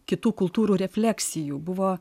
kitų kultūrų refleksijų buvo